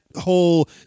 whole